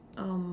um